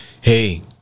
hey